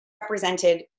represented